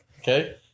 Okay